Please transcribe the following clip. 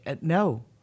no